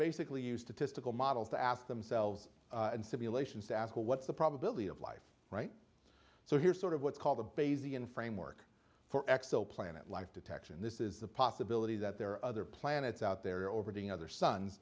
basically used to testicle models to ask themselves and simulations to ask what's the probability of life right so here's sort of what's called the basie and framework for exoplanet life detection this is the possibility that there are other planets out there overdoing other suns